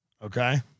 Okay